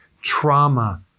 trauma